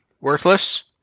worthless